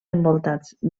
envoltats